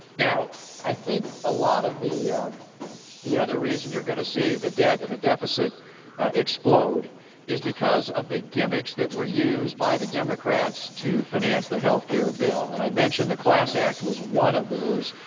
now, i think a lot of the the other reason you're going to see the debt and the deficit explode is because of the gimmicks that were used by the democrats to finance the health care bill, and i mentioned the class act was one of those,